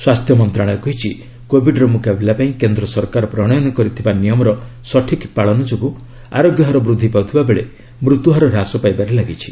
ସ୍ୱାସ୍ଥ୍ୟ ମନ୍ତ୍ରଣାଳୟ କହିଛି କୋବିଡର ମୁକାବିଲା ପାଇଁ କେନ୍ଦ୍ର ସରକାର ପ୍ରଣୟନ କରିଥିବା ନିୟମର ସଠିକ୍ ପାଳନ ଯୋଗୁଁ ଆରୋଗ୍ୟ ହାର ବୃଦ୍ଧି ପାଉଥିବା ବେଳେ ମୃତ୍ୟୁହାର ହ୍ରାସ ପାଇବାରେ ଲାଗିଛି